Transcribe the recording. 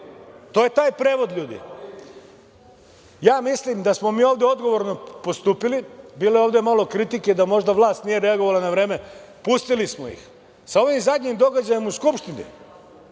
To je taj prevod, ljudi. Ja mislim da smo mi ovde odgovorno postupili. Bilo je ovde malo kritike da možda vlast nije reagovala na vreme. Pustili smo ih. Sa ovim zadnjim događajem u Skupštini